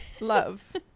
love